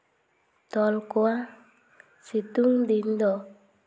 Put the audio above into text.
ᱛᱚᱞ ᱠᱚᱣᱟ ᱥᱤᱛᱩᱝ ᱫᱤᱱ ᱫᱚ